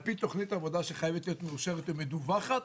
על פי תוכנית עבודה שחייבת להיות מאושרת ומדווחת,